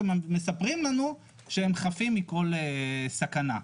ומספרים לנו שהם חפים מכל סכנה.